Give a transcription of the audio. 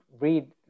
read